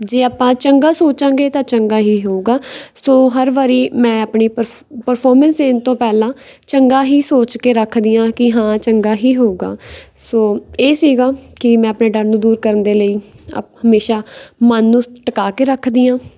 ਜੇ ਆਪਾਂ ਚੰਗਾ ਸੋਚਾਂਗੇ ਤਾਂ ਚੰਗਾ ਹੀ ਹੋਊਗਾ ਸੋ ਹਰ ਵਾਰੀ ਮੈਂ ਆਪਣੀ ਪਰਫ ਪਰਫੋਰਮੈਂਸ ਦੇਣ ਤੋਂ ਪਹਿਲਾਂ ਚੰਗਾ ਹੀ ਸੋਚ ਕੇ ਰੱਖਦੀ ਹਾਂ ਕਿ ਹਾਂ ਚੰਗਾ ਹੀ ਹੋਊਗਾ ਸੋ ਇਹ ਸੀਗਾ ਕਿ ਮੈਂ ਆਪਣੇ ਡਰ ਨੂੰ ਦੂਰ ਕਰਨ ਦੇ ਲਈ ਅਪ ਹਮੇਸ਼ਾਂ ਮਨ ਨੂੰ ਟਿਕਾ ਕੇ ਰੱਖਦੀ ਹਾਂ